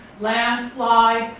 landslide.